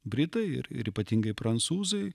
britai ir ir ypatingai prancūzai